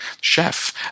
chef